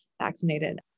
vaccinated